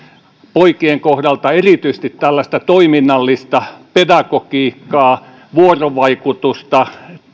poikien kohdalla erityisesti tarvitaan tällaista toiminnallista pedagogiikkaa vuorovaikutusta